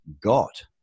got